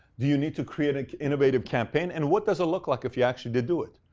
do you need to create an innovative campaign? and what does it look like if you actually did do it?